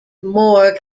more